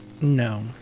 No